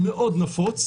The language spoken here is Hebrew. זה מאוד נפוץ.